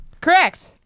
Correct